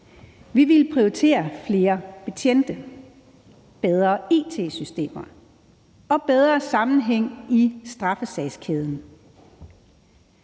Vi ville prioritere flere betjente, bedre it-systemer og bedre sammenhæng i straffesagskæden.